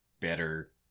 better